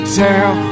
tell